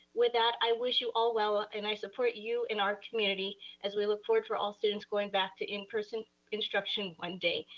with that i wish you all well, and i support you and our community as we look forward for all students going back to in-person instruction one day,